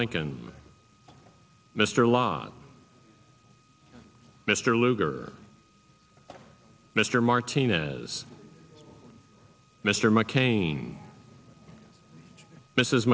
lincoln mr lott mr lugar mr martinez mr mccain mrs